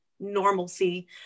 normalcy